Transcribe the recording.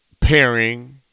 pairing